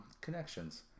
connections